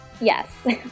Yes